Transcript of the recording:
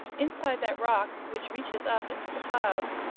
inside that rock, which reaches up into the clouds,